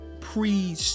pre